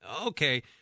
okay